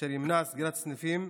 וזו תמנע סגירת סניפים,